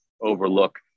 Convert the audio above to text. overlook